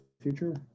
future